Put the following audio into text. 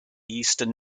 eastern